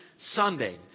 Sunday